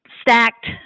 stacked